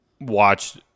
watched